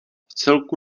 vcelku